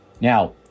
Now